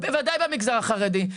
בוודאי במגזר החרדי,